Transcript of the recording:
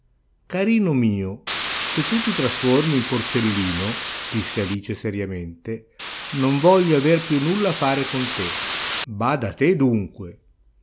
carino mio se tu ti trasformi in porcellino disse alice seriamente non voglio aver più nulla a fare con te bada a te dunque